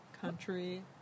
country